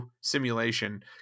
simulation